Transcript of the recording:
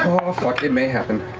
fuck, it may happen.